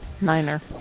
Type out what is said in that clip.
Niner